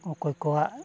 ᱚᱠᱚᱭ ᱠᱚᱣᱟᱜ